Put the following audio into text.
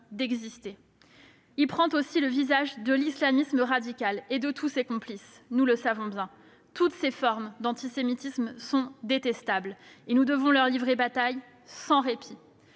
exister. Il prend aussi le visage de l'islamisme radical et de tous ses complices, nous le savons bien. Toutes ces formes d'antisémitisme sont détestables. Nous devons leur livrer bataille sans répit.